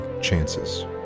chances